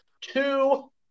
two